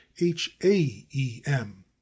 H-A-E-M